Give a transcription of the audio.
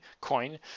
coin